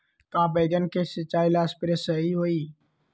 का बैगन के सिचाई ला सप्रे सही होई?